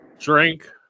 drink